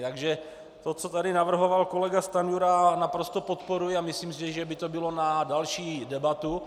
Takže to, co tady navrhoval kolega Stanjura, naprosto podporuji a myslím, že by to bylo na další debatu.